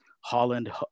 Holland